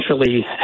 essentially